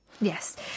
Yes